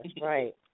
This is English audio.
right